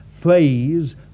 phrase